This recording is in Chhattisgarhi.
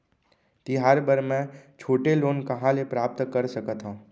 तिहार बर मै छोटे लोन कहाँ ले प्राप्त कर सकत हव?